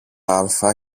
άλφα